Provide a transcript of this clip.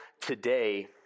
today